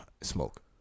smoke